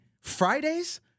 fridays